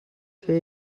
fer